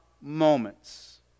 moments